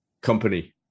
company